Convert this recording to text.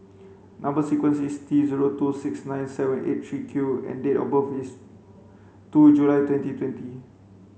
number sequence is T zero two six nine seven eight three Q and date of birth is two July twenty twenty